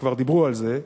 וכבר דיברו על זה,